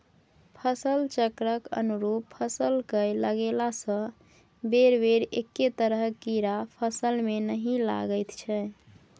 फसल चक्रक अनुरूप फसल कए लगेलासँ बेरबेर एक्के तरहक कीड़ा फसलमे नहि लागैत छै